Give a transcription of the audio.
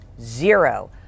zero